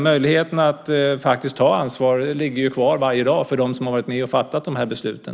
Möjligheten att faktiskt ta ansvar finns ju kvar varje dag för dem som har varit med och fattat de här besluten.